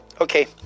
okay